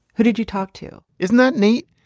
who did you talk to? isn't that neat?